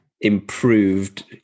improved